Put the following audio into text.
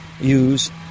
use